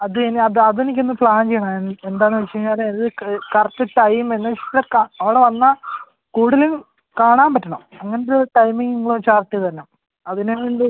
അത് ഇനി അത് അത് എനിക്ക് ഇന്ന് പ്ലാൻ ചെയ്യണം എന്താണെന്ന് വച്ച് കഴിഞ്ഞാൽ അത് കറക്റ്റ് ടൈമ് എന്നു വച്ചാൽ അവിടെ വന്നാൽ കൂടുതലും കാണാൻ പറ്റണം അങ്ങനത്തെ ടൈമിംഗ് നിങ്ങൾ ചാർട്ട് ചെയ്ത് തരണം അതിനാണ്